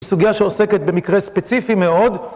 זו סוגיה שעוסקת במקרה ספציפי מאוד.